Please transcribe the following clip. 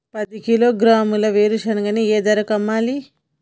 పది కిలోగ్రాముల వేరుశనగని ఏ ధరకు అమ్మాలి?